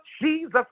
Jesus